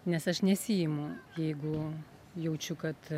nes aš nesiimu jeigu jaučiu kad